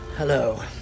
Hello